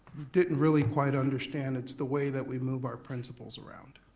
didn't really quite understand, it's the way that we move our principals around.